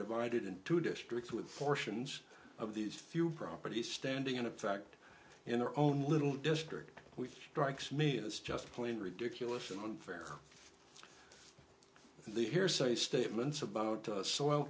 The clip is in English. divided into districts with portions of these few properties standing in a fact in their own little district we strikes me as just plain ridiculous and unfair the hearsay statements about soil